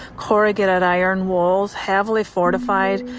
corrugated iron walls, heavily fortified,